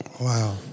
Wow